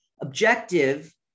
objective